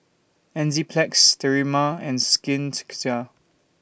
Enzyplex Sterimar and Skin Ceuticals